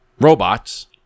Robots